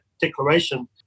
declaration